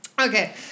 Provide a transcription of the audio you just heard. Okay